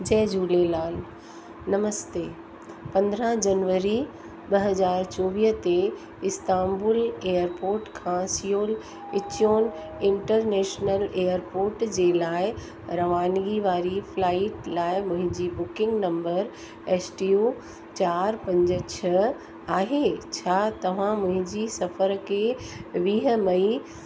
जय झूलेलाल नमस्ते पंद्रहं जनवरी ॿ हजार चोवीअ ते इस्तांबुल एयरपोर्ट खां सियोल इच्योन इंटरनेशनल एयरपोर्ट जे लाइ रवानगी वारी फ्लाइट लाइ मुंहिंजी booking number S T O चारि पंज छह आहे छा तव्हां मुंहिंजी सफ़र के वीह मई